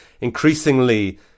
increasingly